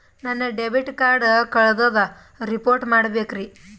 ನನ್ನ debit card ಕಳ್ದದ report ಮಾಡಬೇಕ್ರಿ